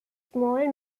small